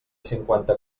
cinquanta